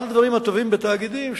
אחד הדברים הטובים בתאגידים,